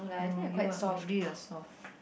no you are maybe you are soft